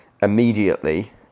immediately